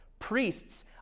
Priests